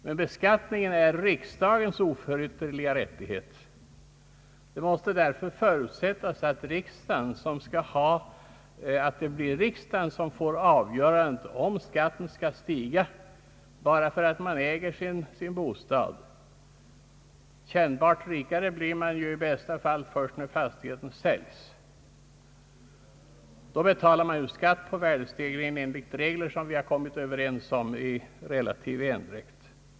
Men beskattning är riksdagens oförytterliga rättighet, och det måste därför förutsättas att det blir riksdagen som får avgöra om skatten skall höjas bara för att man äger sin bostad. Kännbart rikare blir man ju i bästa fall först när fastigheten säljs. Då betalar man skatt på värdestegringen enligt de regler vi kommit överens om i relativ endräkt.